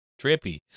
trippy